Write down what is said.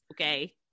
okay